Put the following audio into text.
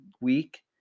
week